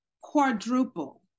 quadruple